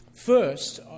First